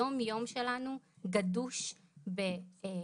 היום יום שלנו גדוש בקורונה,